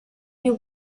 you